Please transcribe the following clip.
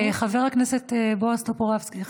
חבר הכנסת בועז טופורובסקי,